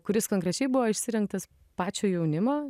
kuris konkrečiai buvo išsirinktas pačio jaunimo